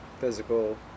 physical